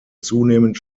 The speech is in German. zunehmend